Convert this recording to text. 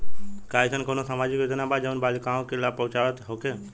का एइसन कौनो सामाजिक योजना बा जउन बालिकाओं के लाभ पहुँचावत होखे?